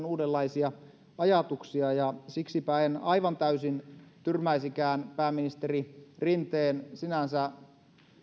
uudenlaisia ajatuksia ja siksipä en aivan täysin tyrmäisikään pääministeri rinteen sinänsä